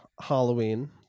Halloween